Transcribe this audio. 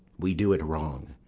we do it wrong,